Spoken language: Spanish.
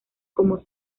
como